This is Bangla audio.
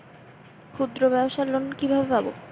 ক্ষুদ্রব্যাবসার লোন কিভাবে পাব?